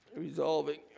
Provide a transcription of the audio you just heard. resolving